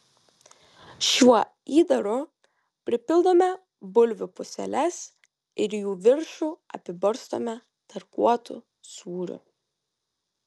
šiuo įdaru pripildome bulvių puseles ir jų viršų apibarstome tarkuotu sūriu